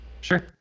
sure